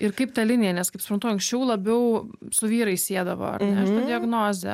ir kaip ta linija nes kaip suprantu anksčiau labiau su vyrais siedavo diagnozę